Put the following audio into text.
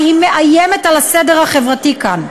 היא מאיימת על הסדר החברתי כאן,